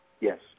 Yes